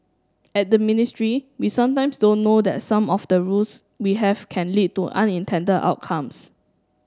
at the ministry we sometimes don't know that some of the rules we have can lead to unintended outcomes